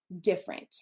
different